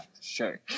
sure